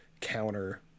counter